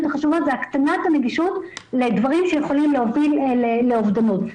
החשובות היא הקטנת הנגישות לדברים שיכולים להוביל לאובדנות.